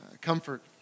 comfort